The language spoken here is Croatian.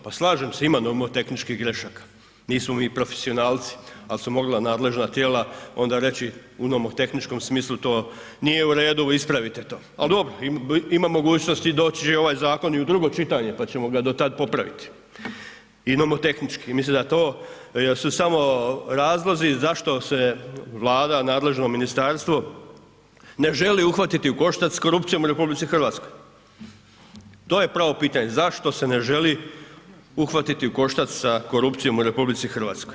Pa slažem se, imamo tehničkih grešaka, nismo mi profesionalci, ali su mogla nadležna tijela onda reći u onom tehničkom smislu to nije u redu, ispravite to ali dobro, ima mogućnost i doći će ovaj zakon i u drugo čitanje pa ćemo ga do tad popraviti i nomotehnički i mislim da to su samo razlozi zašto se Vlada, nadležno ministarstvo, ne želi uhvati i u koštac s korupcijom u RH, to je pravo pitanje, zašto se ne želi uhvatiti u koštac sa korupcijom u RH.